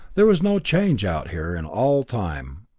there was no change out here in all time!